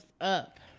up